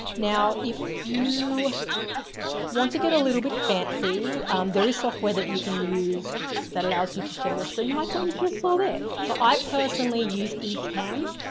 now, if you want to get a little bit fancy there is software that you can use that allows you to share your screen, like what you just saw there. so i personally use ecamm,